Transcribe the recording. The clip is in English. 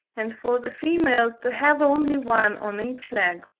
and for the females to have only one on each leg.